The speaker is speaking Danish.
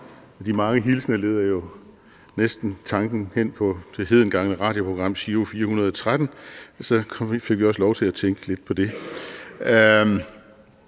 De mange hilsner leder jo næsten tanken hen på det hedengangne radioprogram Giro 413 – så fik vi også lov til at tænke lidt på det.